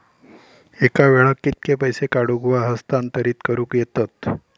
एका वेळाक कित्के पैसे काढूक व हस्तांतरित करूक येतत?